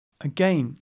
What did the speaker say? again